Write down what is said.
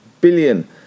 billion